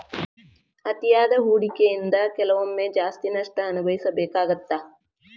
ಅತಿಯಾದ ಹೂಡಕಿಯಿಂದ ಕೆಲವೊಮ್ಮೆ ಜಾಸ್ತಿ ನಷ್ಟ ಅನಭವಿಸಬೇಕಾಗತ್ತಾ